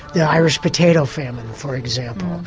the irish potato famine, for example.